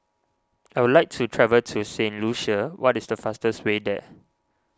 I would like to travel to Saint Lucia what is the fastest way there